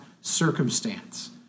circumstance